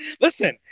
Listen